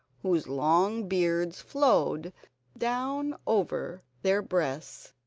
whose long beards flowed down over their breasts,